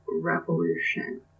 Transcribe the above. Revolution